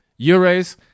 euros